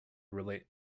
relate